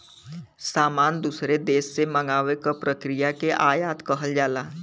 सामान दूसरे देश से मंगावे क प्रक्रिया के आयात कहल जाला